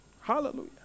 Hallelujah